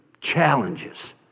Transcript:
challenges